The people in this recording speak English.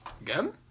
Again